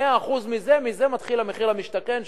100% מזה מתחיל המחיר למשתכן,